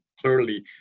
clearly